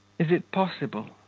is it possible.